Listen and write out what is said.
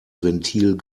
ventil